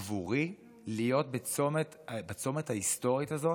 עבורי להיות בצומת ההיסטורי הזה,